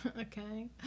okay